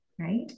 right